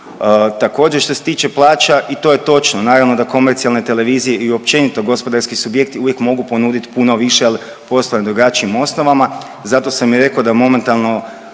Također što se tiče plaća i to je točno. Naravno da komercijalne televizije i općenito gospodarski subjekti uvijek mogu ponuditi puno više, ali posve na drugačijim osnovama. Zato sam i rekao da momentalno